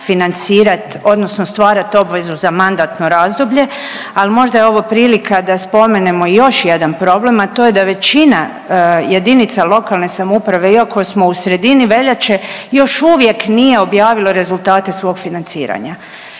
financirat odnosno stvarat obvezu za mandatno razdoblje, ali možda je ovo prilika da spomenemo još jedan problem, a to je da većina jedinica lokalne samouprave iako smo u sredini veljače još uvijek nije objavilo rezultate svog financiranja.